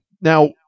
Now